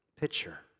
picture